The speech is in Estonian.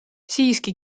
siiski